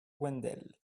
wendel